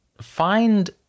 find